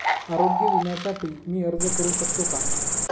आरोग्य विम्यासाठी मी अर्ज करु शकतो का?